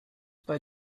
bei